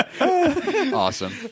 Awesome